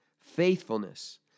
faithfulness